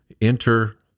enter